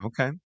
Okay